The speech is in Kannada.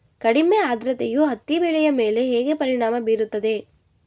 ಕಡಿಮೆ ಆದ್ರತೆಯು ಹತ್ತಿ ಬೆಳೆಯ ಮೇಲೆ ಹೇಗೆ ಪರಿಣಾಮ ಬೀರುತ್ತದೆ?